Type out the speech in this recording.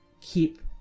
keep